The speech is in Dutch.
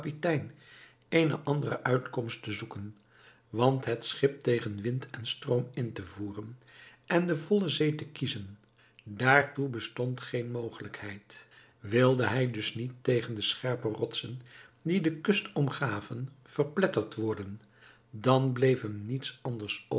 eene andere uitkomst te zoeken want het schip tegen wind en stroom in te voeren en de volle zee te kiezen daartoe bestond geene mogelijkheid wilde hij dus niet tegen de scherpe rotsen die de kust omgaven verpletterd worden dan bleef hem niets anders